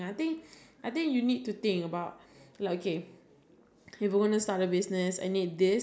you need money for like be the three to five months six months kind of like friend money